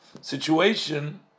situation